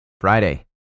Friday